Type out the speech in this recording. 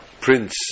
prince